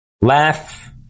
Laugh